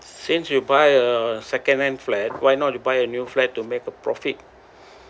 since you buy a second hand flat why not you buy a new flat to make a profit